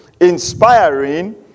Inspiring